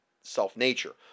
self-nature